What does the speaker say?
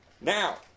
Now